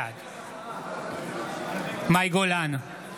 בעד מאי גולן,